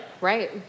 Right